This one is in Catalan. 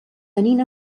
tenint